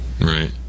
Right